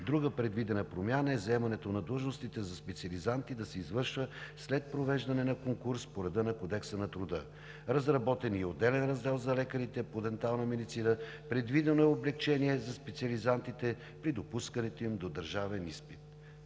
Друга предвидена промяна е заемането на длъжностите за специализанти да се извършва след провеждане на конкурс по реда на Кодекса на труда. Разработен е и отделен раздел за лекарите по дентална медицина, предвидено е облекчение за специализантите при допускането им до държавен изпит.